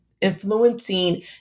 influencing